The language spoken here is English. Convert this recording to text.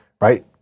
right